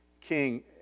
king